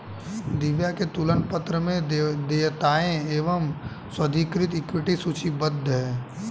दिव्या के तुलन पत्र में देयताएं एवं स्वाधिकृत इक्विटी सूचीबद्ध थी